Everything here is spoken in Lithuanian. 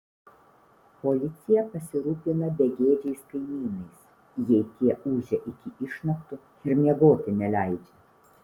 policija pasirūpina begėdžiais kaimynais jei tie ūžia iki išnaktų ir miegoti neleidžia